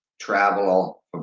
travel